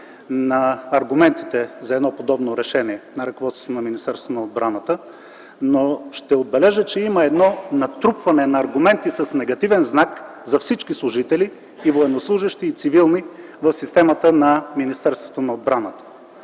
на аргументите за едно подобно решение на ръководството на Министерството на отбраната, но ще отбележа, че има едно натрупване на аргументи с негативен знак за всички служители – и военнослужещи, и цивилни, в системата на Министерството на отбраната.